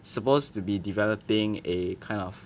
supposed to be developing a kind of